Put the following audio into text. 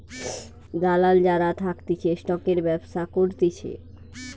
দালাল যারা থাকতিছে স্টকের ব্যবসা করতিছে